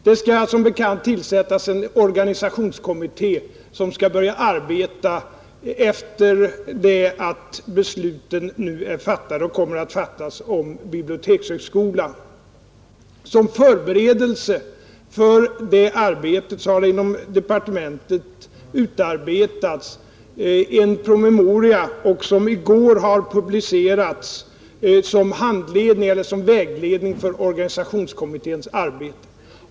Det har som bekant tillsatts en organisationskommitté som skall börja arbeta efter det att besluten om bibliotekshögskolan har fattats. Som förberedelse härför har det inom departementet utarbetats vissa riktlinjer, som i går distribuerades, som vägledning för organisationskommitténs arbete.